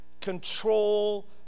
control